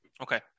Okay